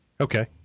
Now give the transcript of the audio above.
Okay